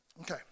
Okay